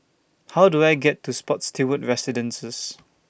How Do I get to Spottiswoode Residences